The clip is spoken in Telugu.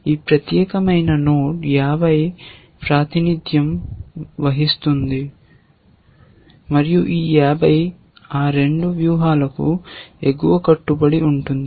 ఈ ప్రత్యేకమైన నోడ్ 50 ప్రాతినిధ్యం వహిస్తుంది మరియు ఈ 50 ఆ రెండు వ్యూహాలకు ఎగువ కట్టుబడి ఉంటుంది